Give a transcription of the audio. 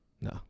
No